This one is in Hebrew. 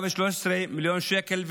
113 מיליון שקל,